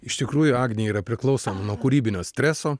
iš tikrųjų agnė yra priklausoma nuo kūrybinio streso